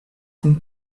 kun